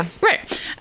right